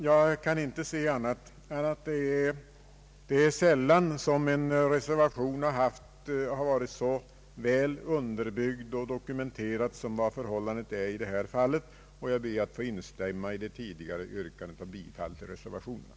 Jag kan inte se annat än att det är sällan en reservation har varit så väl underbyggd och dokumenterad som i det här fallet, och jag ber att få instämma i det tidigare yrkandet om bifall till reservationen.